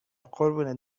قربون